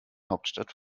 hauptstadt